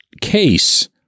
case